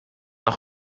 auch